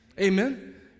Amen